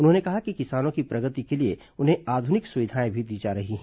उन्होंने कहा कि किसानों की प्रगति के लिए उन्हें आधुनिक सुविधाएं भी दी जा रही है